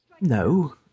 No